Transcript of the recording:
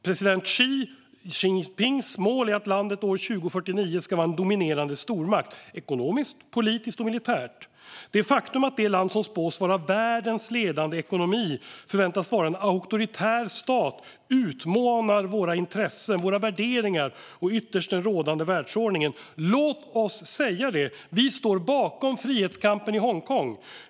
President Xi Jinpings mål är att landet 2049 ska vara en dominerande stormakt - ekonomiskt, politiskt och militärt. Det faktum att det land som spås bli världens ledande ekonomi förväntas vara en auktoritär stat utmanar våra intressen, våra värderingar och ytterst den rådande världsordningen. Låt oss säga det: Vi står bakom frihetskampen i Hongkong!